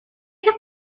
sus